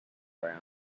brown